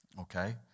okay